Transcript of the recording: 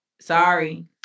sorry